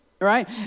right